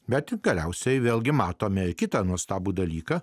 bet galiausiai vėlgi matome kitą nuostabų dalyką